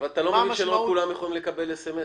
--- אתה לא מבין שלא כולם יכולים לקבל SMS?